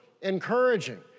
encouraging